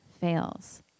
fails